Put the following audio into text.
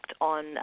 on